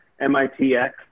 MITx